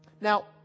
Now